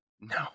No